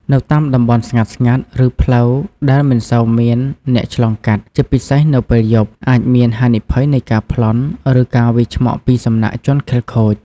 នៅតាមតំបន់ស្ងាត់ៗ ឬផ្លូវដែលមិនសូវមានអ្នកឆ្លងកាត់ ជាពិសេសនៅពេលយប់ អាចមានហានិភ័យនៃការប្លន់ ឬការវាយឆ្មក់ពីសំណាក់ជនខិលខូច។